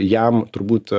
jam turbūt